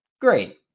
Great